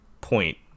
point